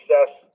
success